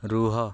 ରୁହ